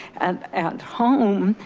and at home,